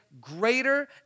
greater